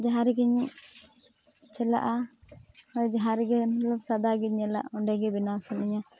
ᱡᱟᱦᱟᱸ ᱨᱮᱜᱮᱧ ᱪᱟᱞᱟᱜᱼᱟ ᱡᱟᱦᱟᱸ ᱨᱮᱜᱮ ᱥᱟᱫᱟᱜᱮ ᱧᱮᱞᱚᱜ ᱚᱸᱰᱮᱜᱮ ᱵᱮᱱᱟᱣ ᱥᱟᱱᱟᱧᱟᱹ